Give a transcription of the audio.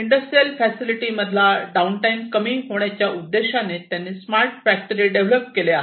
industrial facility मधल्या down time कमी होण्याच्या उद्देशाने त्यांनी स्मार्ट फॅक्टरी डेव्हलप केले आहे